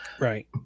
Right